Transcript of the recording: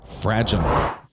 Fragile